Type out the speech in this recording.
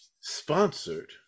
sponsored